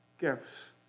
gifts